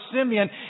Simeon